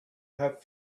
have